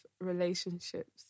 relationships